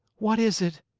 what is it?